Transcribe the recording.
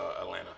Atlanta